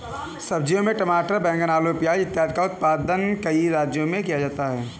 सब्जियों में टमाटर, बैंगन, आलू, प्याज इत्यादि का उत्पादन कई राज्यों में किया जाता है